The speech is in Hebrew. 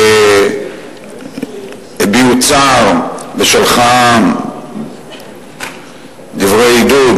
שהביעו צער, והיא שלחה דברי עידוד